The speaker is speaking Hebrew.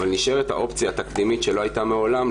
אבל נשארת האופציה התקדימית שלא הייתה מעולם,